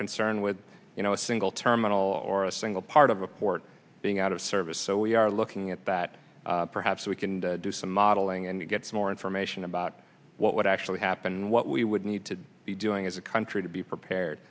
concerned with you know a single terminal or a single part of a port being out of service so we are looking at that perhaps we can do some modeling and gets more information about what actually happened what we would need to be doing as a country to be prepared